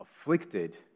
afflicted